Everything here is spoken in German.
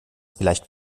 vielleicht